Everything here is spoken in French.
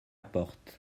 porte